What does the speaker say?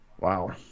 wow